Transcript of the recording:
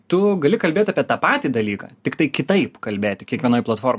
tu gali kalbėt apie tą patį dalyką tiktai kitaip kalbėti kiekvienoj platformoj